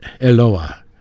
Eloah